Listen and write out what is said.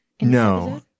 No